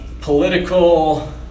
political